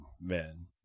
men